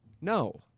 no